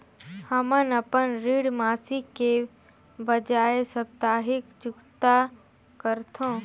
हमन अपन ऋण मासिक के बजाय साप्ताहिक चुकता करथों